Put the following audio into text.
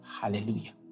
hallelujah